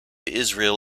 israel